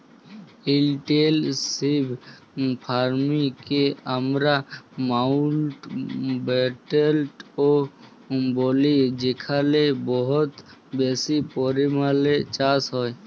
intensive farming কে আমরা মাউল্টব্যাটেল ও ব্যলি যেখালে বহুত বেশি পরিমালে চাষ হ্যয়